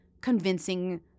convincing